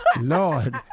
Lord